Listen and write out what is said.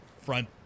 front